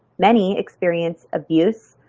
many experienced abuse,